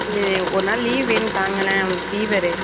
ஏ ஒரு நாள் லீவ் வேணும் தாங்களேன் அவனுக்கு ஃபீவரு